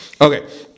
Okay